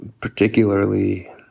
particularly